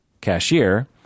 cashier